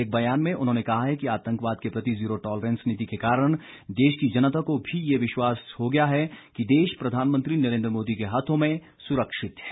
एक बयान में उन्होंने कहा है कि आतंकवाद के प्रति जीरो टॉलरेंस नीति के कारण देश की जनता को भी ये विश्वास हो गया है कि देश प्रधानमंत्री नरेन्द्र मोदी के हाथों में सुरक्षित है